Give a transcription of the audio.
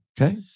Okay